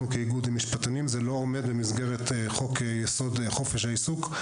כאיגוד עם משפטנים זה לא עומד במסגרת חוק-יסוד: חופש העיסוק,